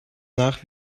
nach